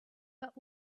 but